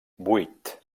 vuit